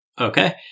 Okay